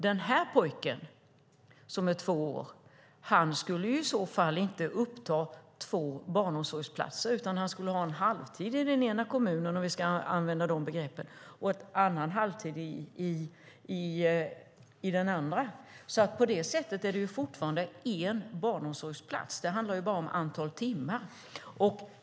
Den här pojken, som är två år, skulle ju inte uppta två barnomsorgsplatser, utan han skulle ha en halvtid i den ena kommunen - om vi ska använda de begreppen - och en halvtid i den andra. På det sättet är det fortfarande en barnomsorgsplats. Det handlar bara om antalet timmar.